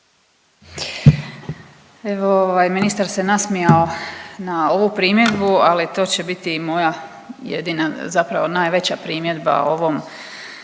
Evo ministar se nasmijao na ovu primjedbu, ali to će biti i moja jedina zapravo najveća primjedba ovom